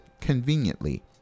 conveniently